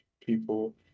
people